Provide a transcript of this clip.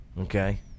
okay